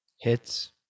Hits